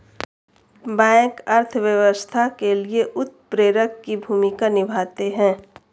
bank अर्थव्यवस्था के लिए उत्प्रेरक की भूमिका निभाते है